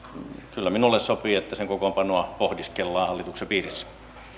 kyllä minulle sopii että sen kokoonpanoa pohdiskellaan hallituksen piirissä